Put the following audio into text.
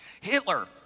Hitler